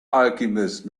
alchemist